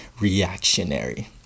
reactionary